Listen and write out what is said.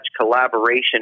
collaboration